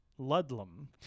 Ludlam